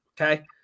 Okay